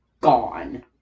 gone